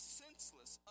senseless